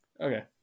Okay